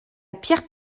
pierre